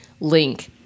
link